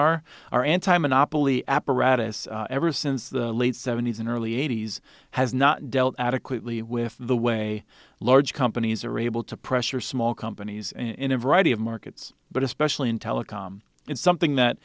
our our anti monopoly apparatus ever since the late seventies and early eighties has not dealt adequately with the way large companies are able to pressure small companies in a variety of markets but especially in telecom it's something that